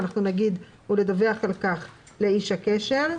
אנחנו נגיד: "ולדווח על כך לאיש הקשר".